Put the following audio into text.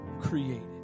created